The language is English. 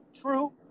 True